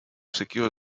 secure